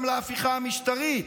גם להפיכה המשטרית,